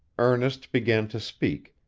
ernest began to speak,